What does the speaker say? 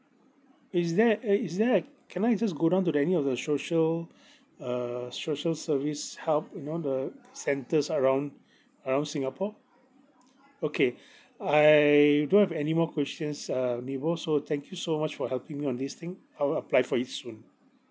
is there eh is there a can I just go down to the any of the social err social service help you know the centres around around singapore okay I don't have any more questions uh nibong so thank you so much for helping on this thing I will apply for it soon